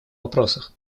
вопросах